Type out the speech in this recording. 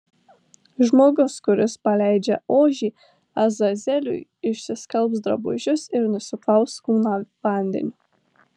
žmogus kuris paleidžia ožį azazeliui išsiskalbs drabužius ir nusiplaus kūną vandeniu